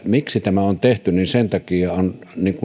miksi tämä on on tehty eli sen takia on